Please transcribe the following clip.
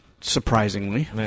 Surprisingly